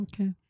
okay